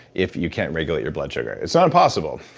if you can't regulate your blood sugar. it's not impossible.